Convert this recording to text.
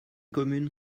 communes